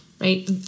right